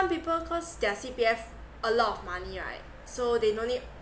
people cause their C_P_F a lot of money right so they no need